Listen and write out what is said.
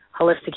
holistic